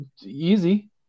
Easy